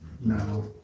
No